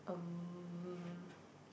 um